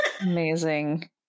Amazing